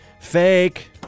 Fake